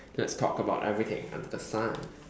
let's talk about everything under the sun